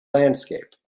landscape